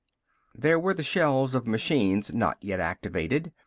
there were the shelves of machines not yet activated.